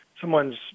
someone's